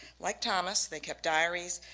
like thomas they kept diaries,